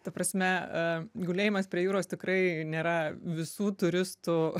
ta prasme a gulėjimas prie jūros tikrai nėra visų turistų